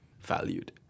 valued